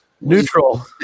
Neutral